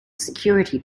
security